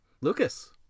Lucas